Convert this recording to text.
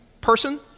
person